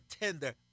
tender